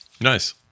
nice